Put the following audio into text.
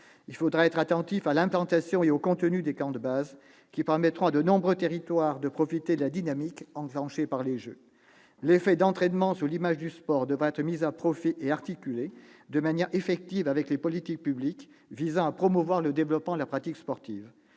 Il faudra être attentif à l'implantation et au contenu des « camps de base », qui serviront à de nombreux territoires pour profiter de la dynamique enclenchée par les jeux Olympiques et Paralympiques 2024. L'effet d'entraînement sur l'image du sport devra être mis à profit et articulé de manière effective avec les politiques publiques visant à promouvoir le développement de la pratique sportive.